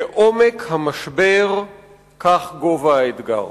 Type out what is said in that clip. כעומק המשבר כך גובה האתגר.